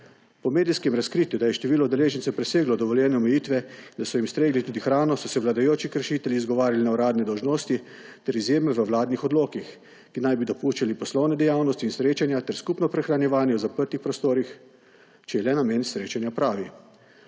Po medijskem razkritju, da je število udeležencev preseglo dovoljene omejitve, da so jim stregli tudi hrano, so se vladajoči kršitelji izgovarjali na uradne dolžnosti ter izjeme v vladnih odlokih, ki naj bi dopuščali poslovne dejavnosti in srečanja ter skupno prehranjevanje v zaprtih prostorih, če je le namen srečanja pravi.